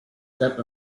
step